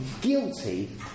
guilty